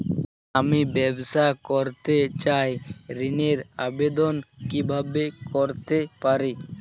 আমি ব্যবসা করতে চাই ঋণের আবেদন কিভাবে করতে পারি?